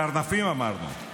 קרנפים, אמרנו.